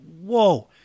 Whoa